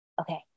Okay